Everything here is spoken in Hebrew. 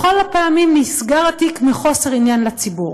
בכל הפעמים ניסגר התיק מחוסר עניין לציבור.